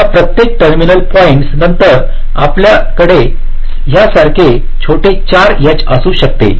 या प्रत्येक terminal points नंतर आपल्याकडे यासारखे छोटे H असू शकते